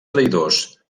traïdors